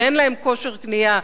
ואין להם כושר קנייה,